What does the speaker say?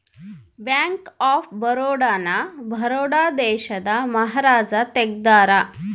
bank of Baroda ನ ಬರೋಡ ದೇಶದ ಮಹಾರಾಜ ತೆಗ್ದಾರ